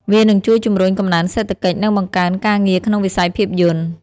វានឹងជួយជំរុញកំណើនសេដ្ឋកិច្ច និងបង្កើនការងារក្នុងវិស័យភាពយន្ត។